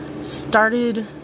started